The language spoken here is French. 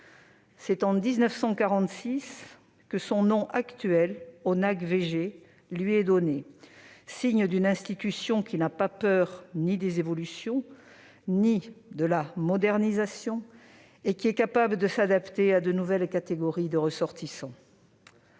C'est en 1946 que son nom actuel, ONACVG, lui est donné. C'est le signe d'une institution qui n'a peur ni des évolutions ni de la modernisation et qui est capable de s'adapter à de nouvelles catégories de ressortissants.